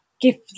gift